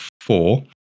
four